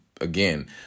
again